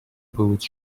boots